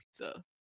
pizza